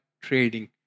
trading